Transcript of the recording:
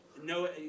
No